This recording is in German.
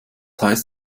heißt